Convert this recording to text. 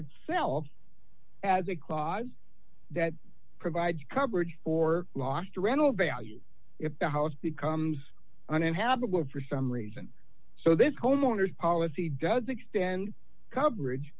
itself as a clause that provides coverage for last rental value if the house becomes uninhabitable for some reason so this homeowner's policy does extend coverage